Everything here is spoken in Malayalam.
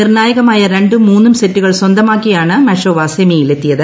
നിർണ്ണായകമായ രണ്ടും മൂന്നും ് സെറ്റുകൾ സ്വന്തമാക്കിയാണ് മഷോവ സെമിയിലെത്തിയത്